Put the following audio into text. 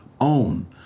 own